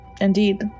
Indeed